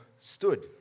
stood